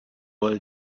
rolle